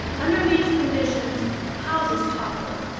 under these conditions houses topple,